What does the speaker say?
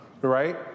right